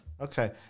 Okay